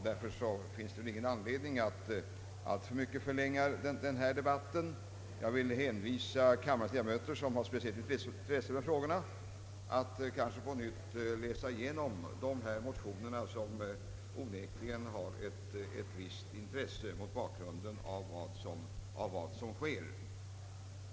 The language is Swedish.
Därför finns det väl ingen anledning att alltför mycket förlänga debatten. Jag vill hänvisa de av kammarens ledamöter som har ett speciellt intresse av de här frågorna att på nytt läsa igenom de här motionerna som onekligen har ett visst intresse mot bakgrunden av vad som verkligen sker på detta område.